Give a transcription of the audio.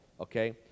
okay